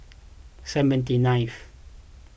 seventy ninth